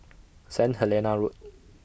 Saint Helena Road